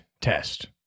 test